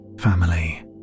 family